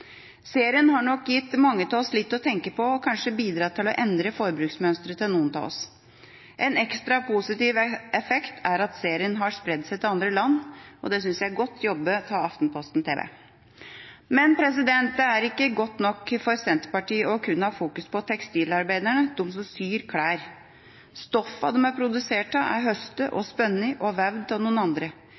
Serien har nok gitt mange av oss litt å tenke på og kanskje bidratt til å endre forbruksmønsteret hos noen av oss. En ekstra positiv effekt er at serien har spredd seg til andre land. Det synes jeg er godt jobbet av Aftenposten TV. Men det er ikke godt nok for Senterpartiet kun å fokusere på tekstilarbeiderne, på dem som syr klær. Stoffene klærne er produsert av, er høstet, spunnet og vevd av noen andre.